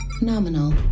nominal